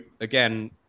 again